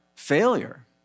Failure